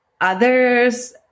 others